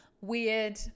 weird